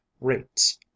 rates